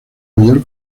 mayor